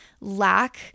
lack